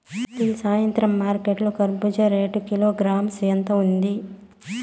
ఈ సాయంత్రం మార్కెట్ లో కర్బూజ రేటు కిలోగ్రామ్స్ ఎంత ఉంది?